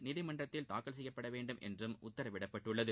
நீதிமன்றத்தில் தாக்கல் செய்யப்படவேண்டும் என்றும் உத்தரவிடப்பட்டுள்ளது